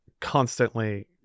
constantly